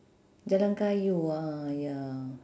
jalan kayu ah ya